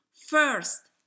First